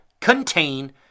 contain